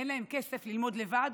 אין להם כסף ללמוד לבד,